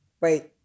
wait